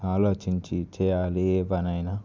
ఆలోచించి చేయాలి ఏ పనైనా